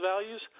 values –